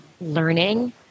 learning